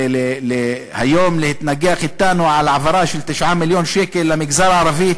במקום להתנגח אתנו על העברה של 9 מיליון שקל למגזר הערבי,